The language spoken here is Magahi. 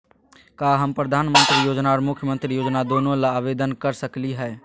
का हम प्रधानमंत्री योजना और मुख्यमंत्री योजना दोनों ला आवेदन कर सकली हई?